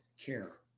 care